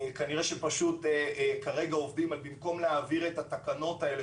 כנראה שפשוט כרגע עובדים על כך שבמקום להעביר את התקנות האלה